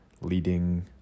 leading